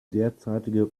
derzeitige